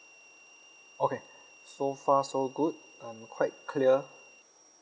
okay so far so good I'm quite clear